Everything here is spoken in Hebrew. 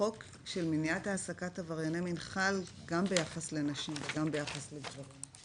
החוק של מניעת העסקת עברייני מין חל גם ביחס לנשים וגם ביחס לגברים,